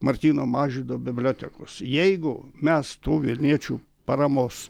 martyno mažvydo bibliotekos jeigu mes tų vilniečių paramos